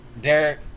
Derek